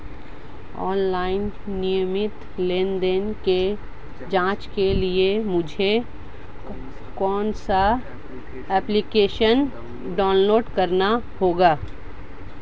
Online नियमित लेनदेन की जांच के लिए मुझे कौनसा एप्लिकेशन डाउनलोड करना होगा?